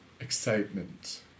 Excitement